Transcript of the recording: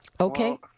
Okay